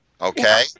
Okay